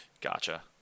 gotcha